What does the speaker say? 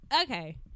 Okay